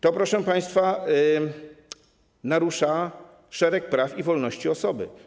To, proszę państwa, narusza szereg praw i wolności osoby.